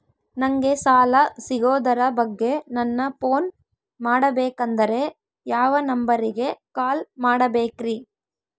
ನಂಗೆ ಸಾಲ ಸಿಗೋದರ ಬಗ್ಗೆ ನನ್ನ ಪೋನ್ ಮಾಡಬೇಕಂದರೆ ಯಾವ ನಂಬರಿಗೆ ಕಾಲ್ ಮಾಡಬೇಕ್ರಿ?